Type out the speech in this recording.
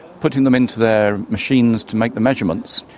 putting them into their machines to make the measurements,